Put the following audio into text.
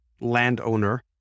landowner